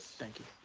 thank you.